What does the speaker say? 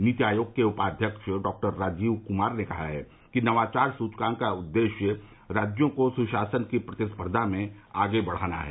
नीति आयोग के उपाध्यक्ष डॉक्टर राजीव कुमार ने कहा है कि नवाचार सूचकांक का उद्देश्य राज्यों को सुशासन की प्रतिस्पर्धा में आगे बढ़ाना है